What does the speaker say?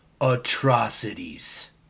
atrocities